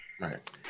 right